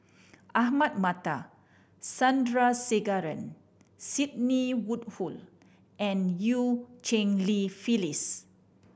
Ahmad Mattar Sandrasegaran Sidney Woodhull and Eu Cheng Li Phyllis